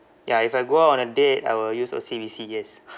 ya if I go out on a date I will use O_C_B_C yes